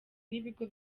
n’ibigo